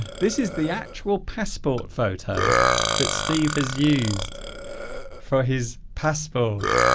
this is the actual passport photo that steve has used for his passport